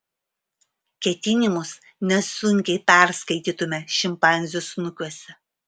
ketinimus nesunkiai perskaitytume šimpanzių snukiuose